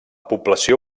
població